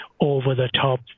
over-the-top